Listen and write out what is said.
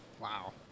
Wow